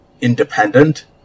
independent